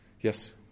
Yes